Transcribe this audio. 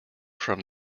from